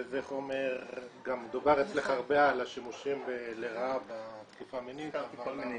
גם דובר אצלך הרבה על השימושים לרעה ב- -- לא משנה.